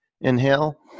inhale